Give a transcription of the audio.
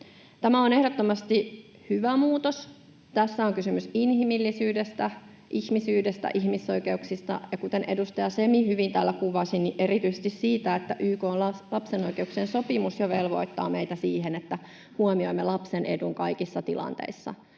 Tämä on ehdottomasti hyvä muutos. Tässä on kysymys inhimillisyydestä, ihmisyydestä, ihmisoikeuksista ja, kuten edustaja Semi hyvin täällä kuvasi, erityisesti siitä, että YK:n lapsen oikeuksien sopimus jo velvoittaa meitä siihen, että huomioimme lapsen edun kaikissa tilanteissa.